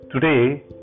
Today